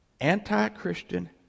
anti-Christian